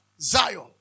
Zion